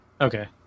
Okay